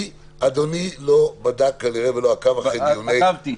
אדוני לא בדק כנראה ולא עקב אחרי דיוני --- עקבתי.